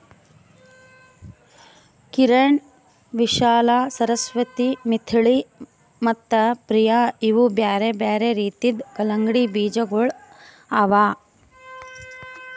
ಕಿರಣ್, ವಿಶಾಲಾ, ಸರಸ್ವತಿ, ಮಿಥಿಳಿ ಮತ್ತ ಪ್ರಿಯ ಇವು ಬ್ಯಾರೆ ಬ್ಯಾರೆ ರೀತಿದು ಕಲಂಗಡಿ ಬೀಜಗೊಳ್ ಅವಾ